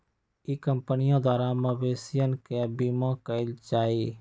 ई कंपनीया द्वारा मवेशियन के बीमा कइल जाहई